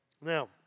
Now